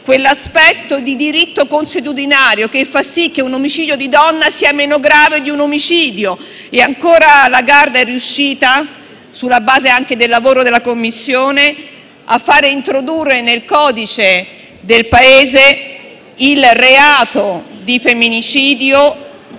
quell'aspetto di diritto consuetudinario che fa sì che un omicidio di donna sia meno grave di un omicidio. Sempre Lagarde è riuscita, sulla base anche del lavoro della Commissione, a far introdurre nel codice del Paese il reato di femminicidio